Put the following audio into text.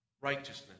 Righteousness